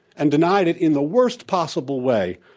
and denied it in the worst possible way,